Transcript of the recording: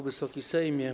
Wysoki Sejmie!